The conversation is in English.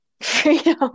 Freedom